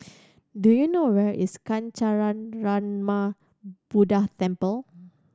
do you know where is Kancanarama Buddha Temple